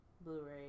Blu-ray